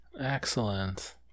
Excellent